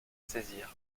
saisir